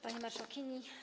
Pani Marszałkini!